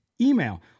email